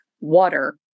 water